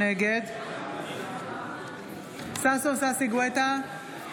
נגד ששון ששי גואטה,